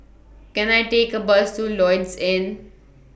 Can I Take A Bus to Lloyds Inn